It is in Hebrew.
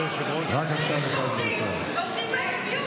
לא, אני פשוט חושבת, מה זה אומר?